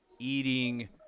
eating